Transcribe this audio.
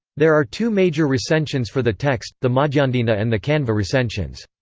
there are two major recensions for the text the madhyandina and the kanva recensions.